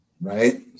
Right